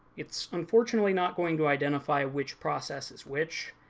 it's unfortunately not going to identify which process is which.